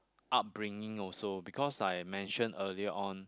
upbringing also because I mentioned earlier on